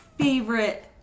Favorite